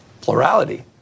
plurality